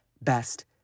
best